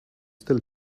still